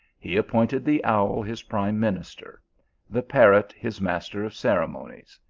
he appointed the owl his prime minister the parrot his master of ceremonies.